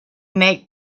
make